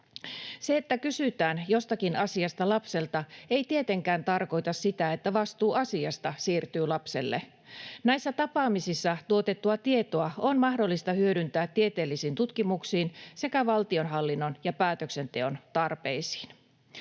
Se, että kysytään jostakin asiasta lapselta, ei tietenkään tarkoita sitä, että vastuu asiasta siirtyy lapselle. Näissä tapaamisissa tuotettua tietoa on mahdollista hyödyntää tieteellisiin tutkimuksiin sekä valtionhallinnon ja päätöksenteon tarpeisiin.